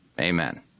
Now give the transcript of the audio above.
Amen